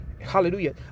hallelujah